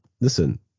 listen